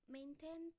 maintain